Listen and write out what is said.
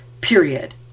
period